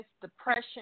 depression